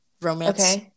romance